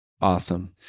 Awesome